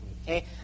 Okay